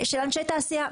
של אנשי תעשייה,